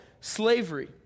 slavery